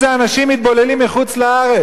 אנשים מתבוללים מחוץ-לארץ.